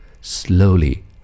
slowly